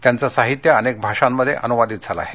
त्याचं साहित्य अनेक भाषांमध्ये अनुवादित झालं आहे